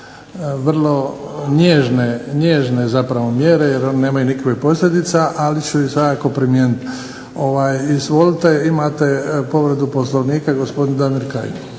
vrlo nježne zapravo mjere jer one nemaju nikakvih posljedica. Ali ću ih svakako primijeniti. Izvolite imate povredu Poslovnika gospodin Damir Kajin.